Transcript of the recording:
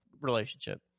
relationship